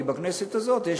כי בכנסת הזאת יש,